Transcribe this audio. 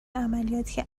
عملیاتی